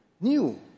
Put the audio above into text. new